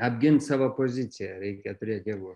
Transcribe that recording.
apgint savo poziciją reikia turėt jėgų